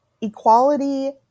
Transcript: equality